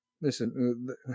Listen